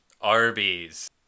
Arby's